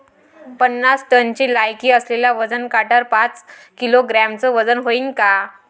पन्नास टनची लायकी असलेल्या वजन काट्यावर पाच किलोग्रॅमचं वजन व्हईन का?